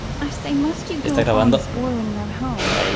i say, must you go on spoiling their home?